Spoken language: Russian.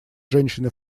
женщины